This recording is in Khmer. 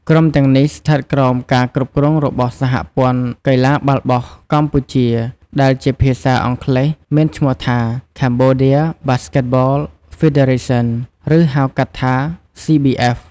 ក្រុមទាំងនេះស្ថិតក្រោមការគ្រប់គ្រងរបស់ សហព័ន្ធកីឡាបាល់បោះកម្ពុជា ដែលជាភាសាអង់គ្លេសមានឈ្មោះថា Cambodia Basketball Federation ឬហៅកាត់ថា CBF។